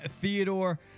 Theodore